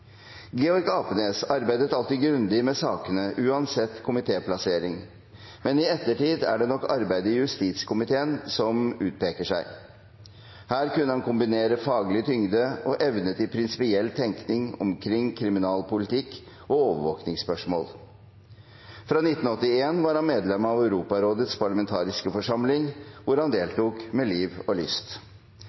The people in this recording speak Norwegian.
Georg Apenes arbeidet alltid grundig med sakene uansett komitéplassering, men i ettertid er det nok arbeidet i justiskomiteen som utpeker seg. Her kunne han kombinere faglig tyngde og evne til prinsipiell tenkning omkring kriminalpolitikk og overvåkningsspørsmål. Fra 1981 var han medlem av Europarådets parlamentariske forsamling, hvor han deltok med liv og lyst.